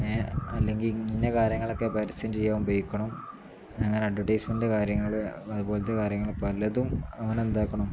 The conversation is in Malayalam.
അല്ലെങ്കിൽ ഇന്ന കാര്യങ്ങളൊക്കെ പരസ്യം ചെയ്യാൻ ഉപയോഗിക്കണം അങ്ങനെ അഡ്വർടൈസ്മെൻറ് കാര്യങ്ങൾ അതുപോലത്തെ കാര്യങ്ങൾ പലതും അങ്ങനെ എന്താക്കണം